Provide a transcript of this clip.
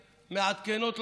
מעדכנות,